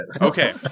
Okay